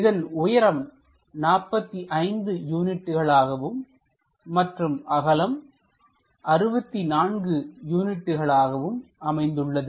இதன் உயரம் 45 யூனிட்டுகள் ஆகவும் மற்றும் அகலம் 64 யூனிட்டுகள் ஆகவும் அமைந்துள்ளது